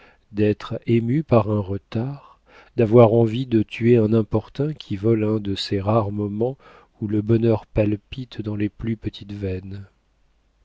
émue par un retard d'avoir envie de tuer un importun qui vole un de ces rares moments où le bonheur palpite dans les plus petites veines